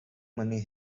money